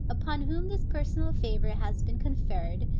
upon whom this personal favor has been conferred,